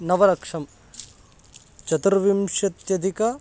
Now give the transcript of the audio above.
नवलक्षं चतुर्विंशत्यधिकं